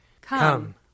Come